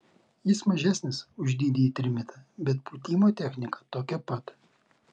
jis mažesnis už didįjį trimitą bet pūtimo technika tokia pat